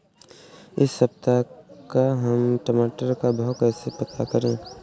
इस सप्ताह का हम टमाटर का भाव कैसे पता करें?